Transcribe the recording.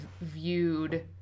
viewed